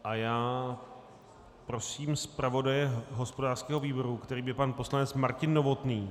A já prosím zpravodaje hospodářského výboru, kterým je pan poslanec Martin Novotný.